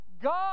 God